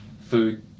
food